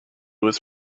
was